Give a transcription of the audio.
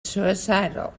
suicidal